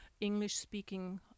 English-speaking